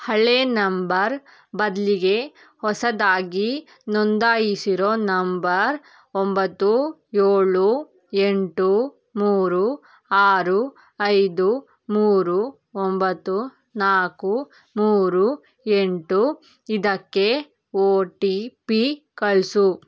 ಹಳೆಯ ನಂಬರ್ ಬದಲಿಗೆ ಹೊಸದಾಗಿ ನೋಂದಾಯಿಸಿರೋ ನಂಬರ್ ಒಂಬತ್ತು ಏಳು ಎಂಟು ಮೂರು ಆರು ಐದು ಮೂರು ಒಂಬತ್ತು ನಾಲ್ಕು ಮೂರು ಎಂಟು ಇದಕ್ಕೆ ಒ ಟಿ ಪಿ ಕಳಿಸು